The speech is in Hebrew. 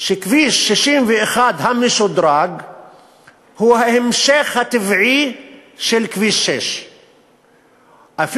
שכביש 61 המשודרג הוא ההמשך הטבעי של כביש 6. הוא